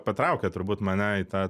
patraukė turbūt mane į tą